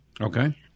Okay